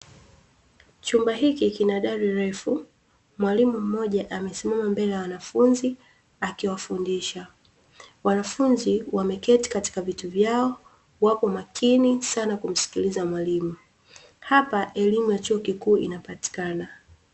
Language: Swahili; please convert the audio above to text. Chumba hiki kina dari refu mwalimu mmoja amesimama mbele ya wanafunzi akiwafundisha, wanafunzi wameketi katika viti vyao, wapo makini sana kumsikiliza mwalimu, hapa elimu ya chuo kikuu inapatikana.